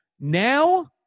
now